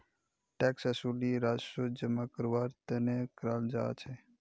tax वसूली राजस्व जमा करवार तने कराल जा छे